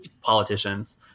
politicians